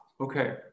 okay